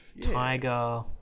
tiger